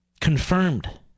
confirmed